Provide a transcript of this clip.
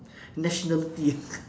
nationality